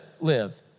live